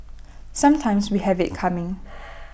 sometimes we have IT coming